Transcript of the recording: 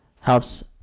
helps